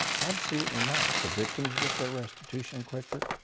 absolutely not. the victims get their restitution quicker.